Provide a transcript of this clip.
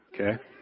okay